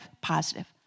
positive